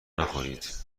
نخورید